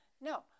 No